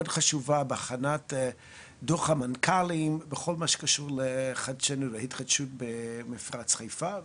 חשובה בהכנת דו"ח המנכ"לים בכל מה שקשור להתחדשות במפרץ חיפה,